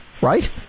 right